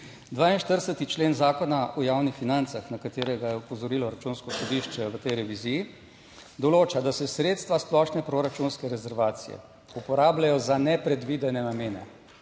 42. člen Zakona o javnih financah na katerega je opozorilo Računsko sodišče, v tej reviziji določa, da se sredstva splošne proračunske rezervacije uporabljajo za nepredvidene namene,